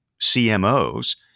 CMOs